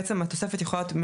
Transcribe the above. בעצם התוספת יכולה להיות,